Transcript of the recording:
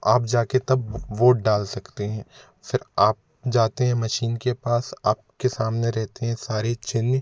आप जा कर तब वोट डाल सकते हैं फिर आप जाते हैं मशीन के पास आपके सामने रहते हैं सारे चिन्ह